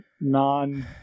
non